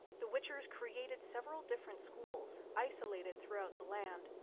the witchers created several different schools, isolated throughout the land,